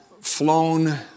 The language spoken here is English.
flown